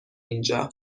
اینجا